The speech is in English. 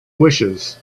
wishes